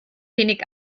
wenig